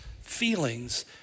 feelings